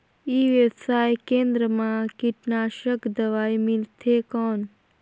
ई व्यवसाय केंद्र मा कीटनाशक दवाई मिलथे कौन?